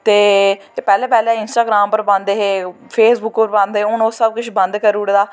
ते पैह्लें पैह्लें इंस्ट्राग्राम उप्पर पांदे हे फेसबुक्क पर पांदे हे हून ओह् सब किश बंद करी ओड़े दा